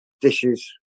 Dishes